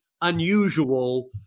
unusual